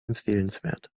empfehlenswert